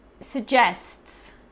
suggests